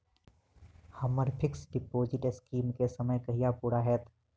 हम्मर fix deposit scheme केँ समय कहिया पूरा हैत?